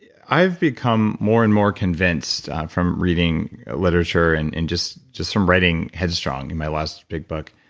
i've become more and more convinced from reading literature and and just just from writing head strong, my last big book.